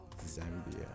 Zambia